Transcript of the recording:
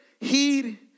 heed